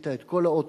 הציתה את כל האוטובוס,